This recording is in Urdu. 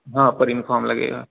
ہاں پر یونیفارم لگے گا